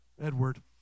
Edward